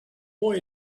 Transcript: boy